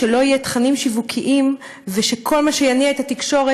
שלא יהיו תכנים שיווקיים וכל מה שיניע את התקשורת